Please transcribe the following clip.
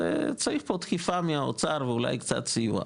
זה צריך פה דחיפה מהאוצר ואולי קצת סיוע.